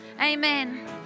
amen